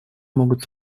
могут